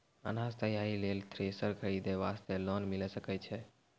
अनाज तैयारी लेल थ्रेसर खरीदे वास्ते लोन मिले सकय छै?